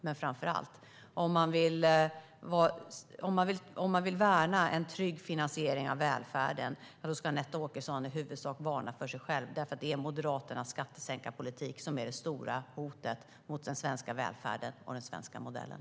Men framför allt: Om man vill värna en trygg finansiering av välfärden ska Anette Åkesson i huvudsak varna för sig själv, för det är Moderaternas skattesänkarpolitik som är det stora hotet mot den svenska välfärden och den svenska modellen.